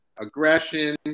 aggression